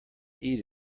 eat